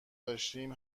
داشتیم